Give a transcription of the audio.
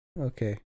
Okay